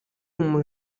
umu